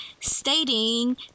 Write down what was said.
stating